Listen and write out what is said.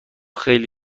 خیلی